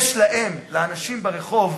יש להם, לאנשים ברחוב,